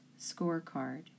scorecard